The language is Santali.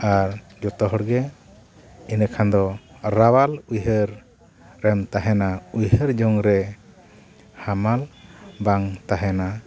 ᱟᱨ ᱡᱚᱛᱚ ᱦᱚᱲ ᱜᱮ ᱤᱱᱟᱹ ᱠᱷᱟᱱ ᱫᱚ ᱨᱟᱣᱟᱞ ᱩᱭᱦᱟᱹᱨ ᱨᱮᱢ ᱛᱮᱦᱟᱱᱟ ᱩᱭᱦᱟᱹᱨ ᱡᱚᱝᱨᱮ ᱦᱟᱢᱟᱞ ᱵᱟᱝ ᱛᱟᱦᱮᱱᱟ